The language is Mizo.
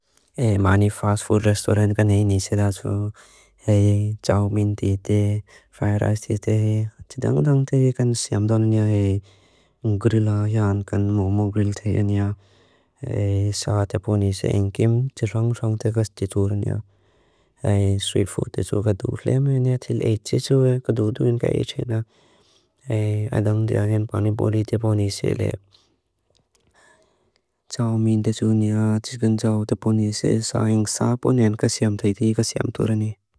E maani fast food restaurant kan hei nísi raasu. E tsao min tete, fried rice tete. Tidang-tang tete kan siyam danu niya e grilla, yaan kan momo grill tete niya. E saa tepo nísi enkim, tsirong-tsirong teka stituru niya. E street food teto kadu flame niya, til eti teto e. Kadu duin ka eti na. E aidang diya kan pani poli tepo nísi le. Tsao min tetu niya tisgan tsao tepo nísi saa enk saa ponen ka siyam tete e ka siyam turani.